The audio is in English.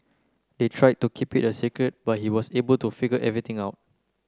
they tried to keep it a secret but he was able to figure everything out